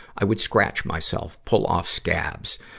i would scratch myself, pull off scabs.